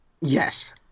Yes